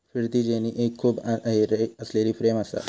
फिरती जेनी एक खूप आरे असलेली फ्रेम असा